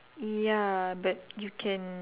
ya but you can